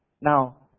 Now